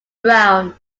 brown